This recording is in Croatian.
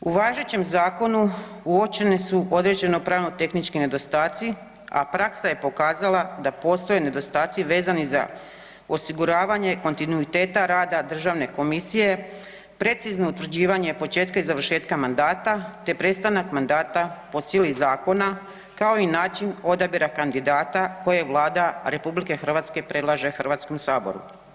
U važećem zakonu uočeni su pravno-tehnički nedostaci a praksa je pokazala da postoje nedostaci vezani za osiguravanje kontinuiteta rada Državne komisije, precizno utvrđivanje početka i završetka mandata, te prestanak mandata po sili zakona kao i način odabira kandidata koje Vlada RH predlaže Hrvatskom saboru.